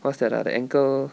what's that ah the ankle